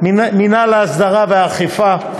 3. מינהל הסדרה ואכיפה,